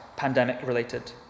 pandemic-related